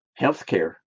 healthcare